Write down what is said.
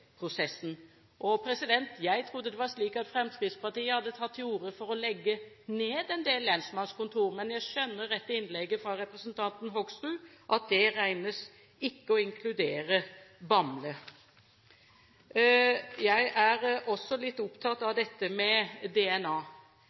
Jeg trodde det var slik at Fremskrittspartiet hadde tatt til orde for å legge ned en del lensmannskontorer, men jeg skjønner etter innlegget fra representanten Hoksrud at det ikke inkluderer Bamble. Jeg er også litt opptatt av dette med DNA.